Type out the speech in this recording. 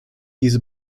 diese